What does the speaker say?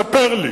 ספר לי,